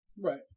Right